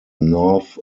north